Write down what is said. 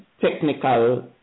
technical